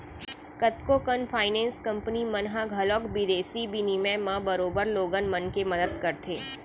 कतको कन finance company मन ह घलौक बिदेसी बिनिमय म बरोबर लोगन मन के मदत करथे